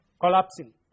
collapsing